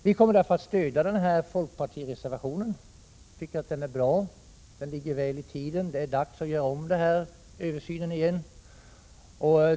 Vi kommer därför att stödja denna folkpartireservation. Vi tycker den är bra och ligger väl i tiden. Det är dags att göra en översyn.